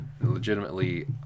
legitimately